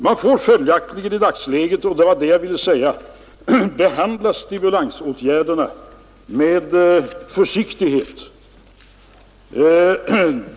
Man får följaktligen i dagsläget — det var det jag ville säga — behandla stimulansåtgärderna med försiktighet.